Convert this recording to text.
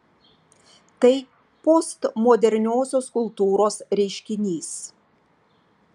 tai postmoderniosios kultūros reiškinys